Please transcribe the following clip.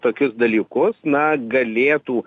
tokius dalykus na galėtų